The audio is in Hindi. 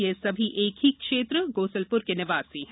ये सभी एक ही क्षेत्र गोसलप्र के निवासी हैं